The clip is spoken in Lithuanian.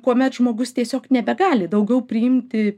kuomet žmogus tiesiog nebegali daugiau priimti